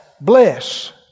bless